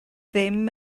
ddim